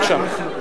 בבקשה.